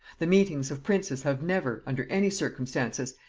the meetings of princes have never, under any circumstances,